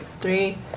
three